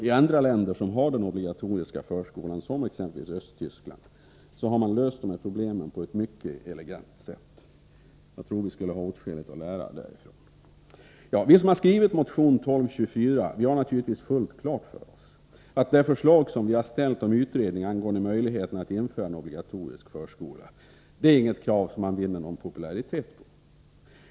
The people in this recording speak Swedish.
I andra länder, som har den obligatoriska förskolan, exempelvis i Östtyskland, har man löst detta problem på ett mycket elegant sätt. Jag tror vi skulle ha åtskilligt att lära därifrån. Vi som skrivit motion 1224 har naturligtvis fullt klart för oss att det förslag som vi har väckt om utredning angående möjligheten att införa en obligatorisk förskola inte är något krav som man vinner någon popularitet på.